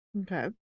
Okay